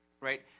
right